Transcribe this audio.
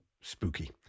spooky